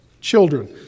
children